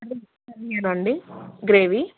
అన్నీనండి gravy